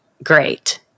Great